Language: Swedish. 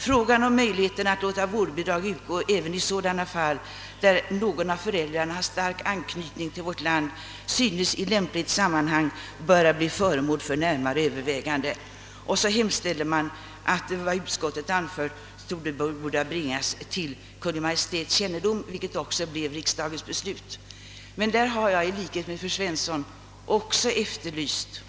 Frågan om möjligheterna att låta vårdbidrag utgå även i dylika fall, där någon av föräldrarna har stark anknytning till vårt land, synes i lämpligt sammanhang böra bli föremål för närmare övervägande.» Utskottet hemställde vidare att vad sålunda anförts skulle bringas till Kungl. Maj:ts kännedom, vilket också blev riksdagens beslut. Jag efterlyser på denna punkt i likhet med fru Svensson närmare besked.